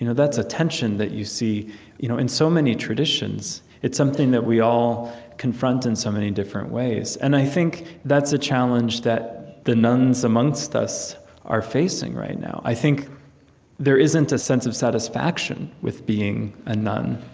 you know that's a tension that you see you know in so many traditions. it's something that we all confront in so many different ways. and i think that's a challenge that the nones amongst us are facing right now. i think there isn't a sense of satisfaction with being a none.